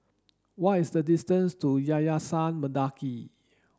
what is the distance to Yayasan Mendaki